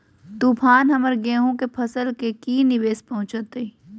तूफान हमर गेंहू के फसल के की निवेस पहुचैताय?